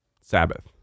Sabbath